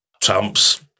Tramps